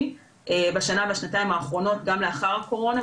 בשנה והשנתיים האחרונות גם לאחר הקורונה,